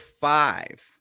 five